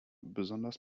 besonders